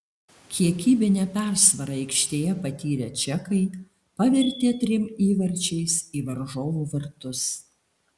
kiekybinę persvarą aikštėje patyrę čekai pavertė trim įvarčiais į varžovų vartus